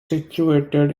situated